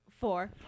Four